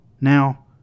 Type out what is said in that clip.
Now